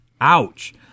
Ouch